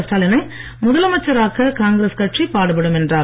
ஸ்டாலினை முதலமைச்சர் ஆக்க காங்கிரஸ் கட்சி பாடுபடும் என்றார்